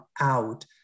out